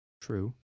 True